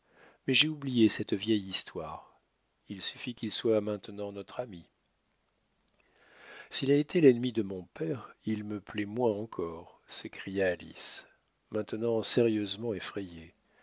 mais j'ai oublié cette vieille histoire il suffit qu'il soit maintenant notre ami s'il a été l'ennemi de mon père il me plaît moins encore s'écria alice maintenant sérieusement effrayée